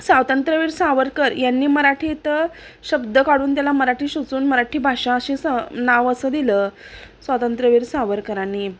स्वातंत्र्यवीर सावरकर यांनी मराठीत शब्द काढून त्याला मराठी शोचून मराठी भाषा अशी सं नाव असं दिलं स्वातंत्र्यवीर सावरकरांनी